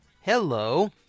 Hello